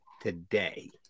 today